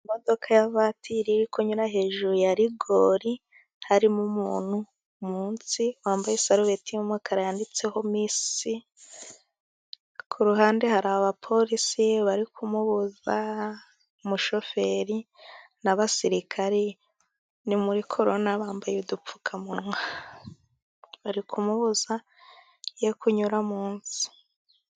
Imodoka ya vatiri iri kunyura hejuru ya rigori, harimo umuntu munsi wambaye sarubeti y'umukara yanditseho misi, ku ruhande hari abaporisi bari kumubuza, umushoferi n'abasirikari, ni muri Korona bambaye udupfukamunwa, bari kumubuza yo kunyura munsi.